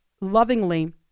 lovingly